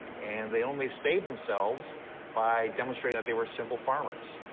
and they only saved themselves by demonstrating that they were simple farmers.